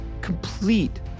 complete